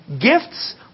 Gifts